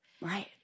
Right